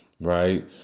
right